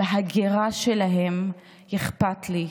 על ההגירה שלהם, אכפת לי.